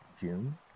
June